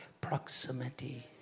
proximity